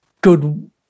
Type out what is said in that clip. good